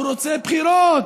הוא רוצה בחירות.